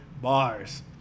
Bars